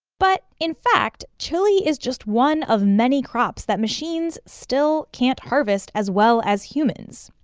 but in fact, chili is just one of many crops that machines still can't harvest as well as humans,